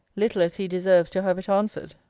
little as he deserves to have it answered